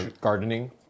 gardening